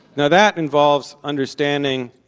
now that involves understanding,